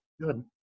Good